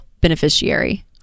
beneficiary